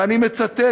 ואני מצטט,